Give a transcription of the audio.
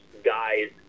guys